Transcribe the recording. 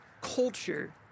culture